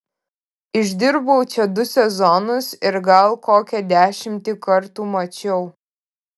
išdirbau čia du sezonus ir gal kokią dešimtį kartų mačiau